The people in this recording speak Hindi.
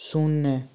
शून्य